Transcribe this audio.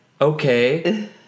okay